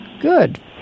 Good